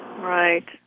Right